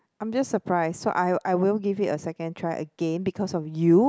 I'm just surprised so I'll I'll give it a second try again because of you